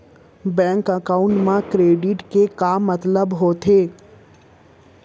Bank account मा credit के का मतलब होथे?